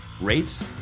rates